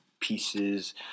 pieces